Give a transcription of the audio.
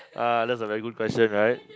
ah that's a very good question right